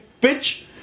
pitch